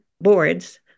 boards